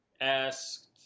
asked